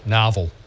novel